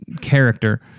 character